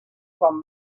quan